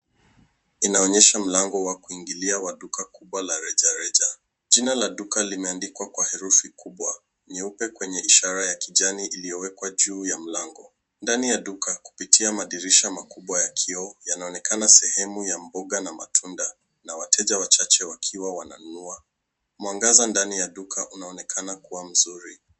Inaonyesha mlango wa kuingilia wa duka kubwa la rejareja. Jina la duka limeandikwa kwa herufi kubwa nyeupe kwenye ishara ya kijani iliyowekwa juu ya mlango. Ndani ya duka, kupitia madirisha makubwa ya kioo, yanaonekana sehemu ya mboga na matunda na wateja wachache wakiwa wananunua. Mwangaza ndani ya duka unaonekana kuwa mzuri.